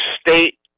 state